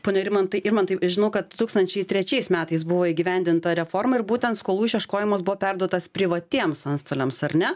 pone rimantai irmantai žinau kad du tūkstančiai trečiais metais buvo įgyvendinta reforma ir būtent skolų išieškojimas buvo perduotas privatiems antstoliams ar ne